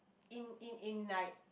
in in in like